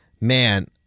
man